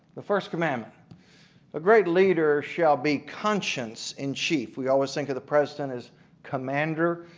the first commandment a great leader shall be conscience in chief. we always think of the president as commander-in-chief,